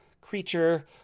creature